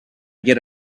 get